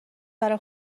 برای